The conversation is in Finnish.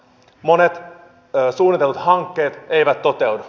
monet suunnitellut hankkeet eivät toteudu